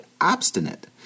obstinate